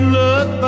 look